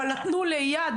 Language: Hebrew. אבל נתנו לאיאד,